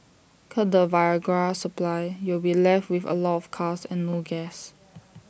cut the Viagra supply you'll be left with A lot of cars and no gas